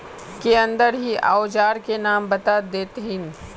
के अंदर ही औजार के नाम बता देतहिन?